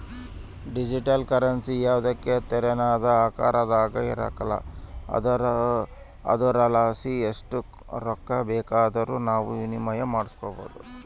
digital currency ಯಾವುದೇ ತೆರನಾದ ಆಕಾರದಾಗ ಇರಕಲ್ಲ ಆದುರಲಾಸಿ ಎಸ್ಟ್ ರೊಕ್ಕ ಬೇಕಾದರೂ ನಾವು ವಿನಿಮಯ ಮಾಡಬೋದು